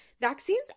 vaccines